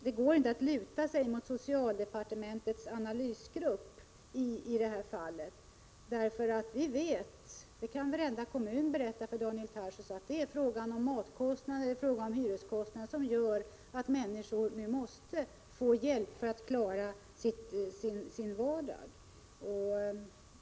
Det går inte att luta sig mot socialdepartementets analysgrupp i detta fall, därför att varenda kommun kan berätta för Daniel Tarschys att det är matkostnader och hyreskostnader som gör att människor måste få hjälp för att klara sin vardag.